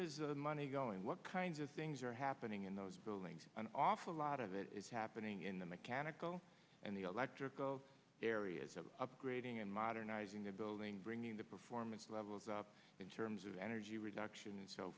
is the money going what kinds of things are happening in those buildings an awful lot of it is happening in the mechanical and the electrical areas of upgrading and modernizing the building bringing the performance levels up in terms of energy reduction and s